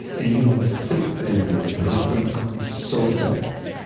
and you don't think that it is but it's gonna come so fast.